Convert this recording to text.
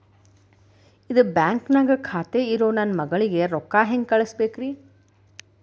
ಇದ ಬ್ಯಾಂಕ್ ನ್ಯಾಗ್ ಖಾತೆ ಇರೋ ನನ್ನ ಮಗಳಿಗೆ ರೊಕ್ಕ ಹೆಂಗ್ ಕಳಸಬೇಕ್ರಿ?